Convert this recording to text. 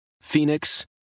Phoenix